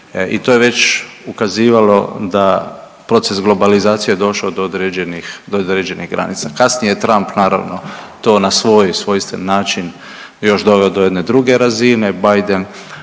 I to je već ukazivalo da proces globalizacije došao do određenih, do određenih granica. Kasnije je Trump naravno to na svoj svojstven način još doveo do jedne druge razine, Biden